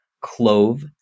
clove